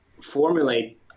formulate